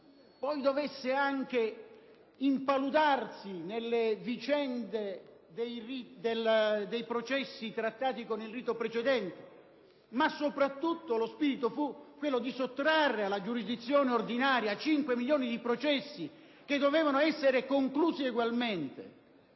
rito dovesse poi anche impaludarsi nelle vicende dei processi trattati con il rito precedente. Ma soprattutto lo spirito fu quello di sottrarre alla giurisdizione onoraria 5 milioni di processi che dovevano essere conclusi egualmente.